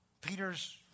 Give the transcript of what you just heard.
Peter's